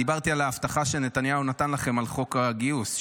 דיברתי על ההבטחה שנתניהו נתן לכם על חוק הגיוס,